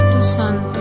Santo